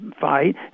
fight